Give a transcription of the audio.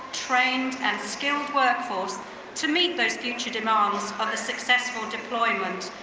trained and skilled workforce to meet those future demands of a successful deployment,